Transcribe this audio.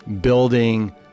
building